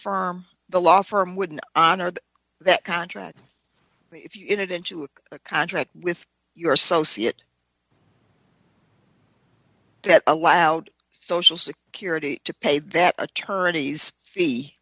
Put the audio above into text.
firm the law firm wouldn't honor that contract if you get it into a contract with your associates that allowed social security to pay that attorney's fee